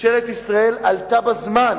ממשלת ישראל עלתה בזמן,